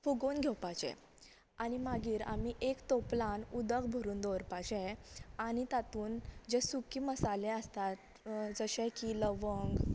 फुगोवन घेवपाचे आनी मागीर आमी एक तोपलान उदक भरून दवरपाचे आनी तातूंत जे सुके मसाले आसतात जशे की लवंग